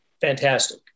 fantastic